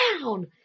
down